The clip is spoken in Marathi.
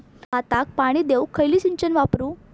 भाताक पाणी देऊक खयली सिंचन वापरू?